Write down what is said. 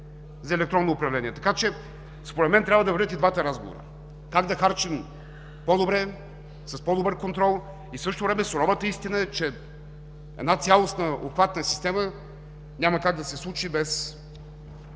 за електронно управление. Според мен трябва да вървят и двата разговора: как да харчим по-добре, с по-добър контрол; същото време суровата истина е, че една цялостна обхватна система няма как да се случи без